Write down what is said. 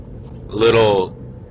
little